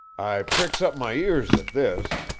i pricks up my ears at this.